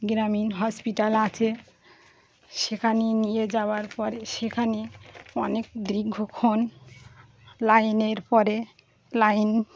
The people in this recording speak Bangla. গ্রামীণ হসপিটাল আছে সেখানে নিয়ে যাওয়ার পরে সেখানে অনেক দীর্ঘক্ষণ লাইনের পরে লাইন